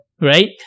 Right